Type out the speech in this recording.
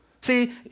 See